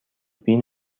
بین